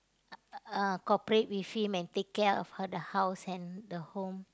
uh uh uh corporate with him and take care of her the house and the home